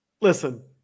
Listen